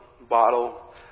bottle